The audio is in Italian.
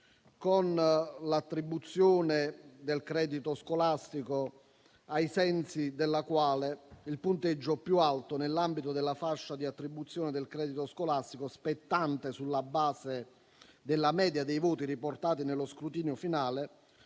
con l'attribuzione del credito scolastico, ai sensi della quale il punteggio più alto nell'ambito della fascia di attribuzione del credito scolastico spettante sulla base della media dei voti riportati nello scrutinio finale